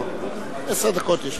עשר דקות לרשותך.